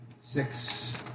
six